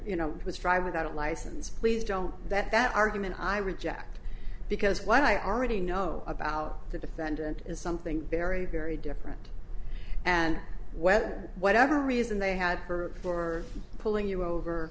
you know it was drive without a license please don't that that argument i reject because what i already know about the defendant is something very very different and whether whatever reason they had for pulling you over